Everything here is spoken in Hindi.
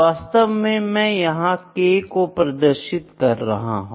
वास्तव में मैं यहां k को प्रदर्शित कर रहा हूं